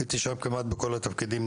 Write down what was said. הייתי שם כמעט בכל התפקידים,